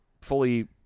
fully